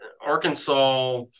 Arkansas